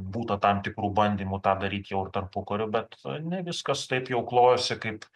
būta tam tikrų bandymų tą daryt jau ir tarpukariu bet ne viskas taip jau klojosi kaip